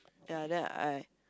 ya then I